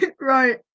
Right